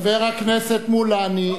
חבר הכנסת מולה, אני,